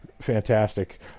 fantastic